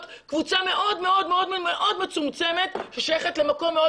קבוצה מאוד מאוד מאוד מצומצמת ששייכת למקום מאוד